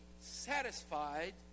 satisfied